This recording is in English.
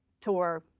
tour